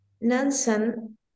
Nansen